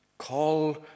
Call